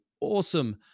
awesome